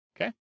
Okay